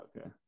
okay